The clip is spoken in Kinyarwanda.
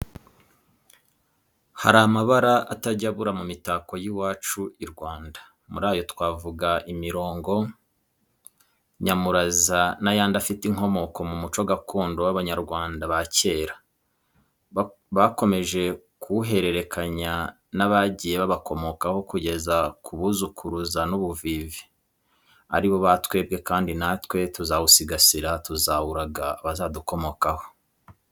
Hari amabara atajya abura mu mitako y'iwacu i Rwanda, muri ayo twavuga imigongo, nyamuraza n'ayandi afite inkomoko mu muco gakondo w'Abanyarwanda ba kera, bakomeje kuwuhererekanya n'abagiye babakomokaho, kugeza ku buzukuruza n'ubuvivi, ari bo ba twebwe, kandi natwe tuzawusigasira tuzawurage abazadukomokaho.